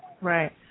Right